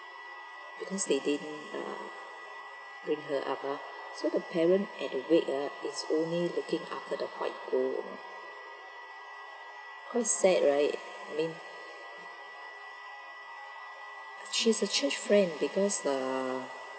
because they didn't uh bring her up ah so the parent at the wake ah is only looking after the 外婆 you know quite sad right I mean she's a church friend because uh